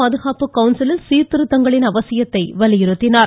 பாதுகாப்பு கவுன்சிலில் சீர்திருத்தங்களின் அவசியத்தை வலியுறுத்தினார்